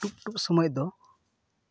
ᱴᱩᱠ ᱴᱩᱠ ᱥᱚᱢᱚᱭ ᱫᱚ